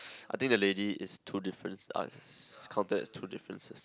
I think the lady is two difference uh counted as two differences